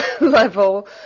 level